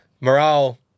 morale